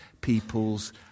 people's